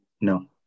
No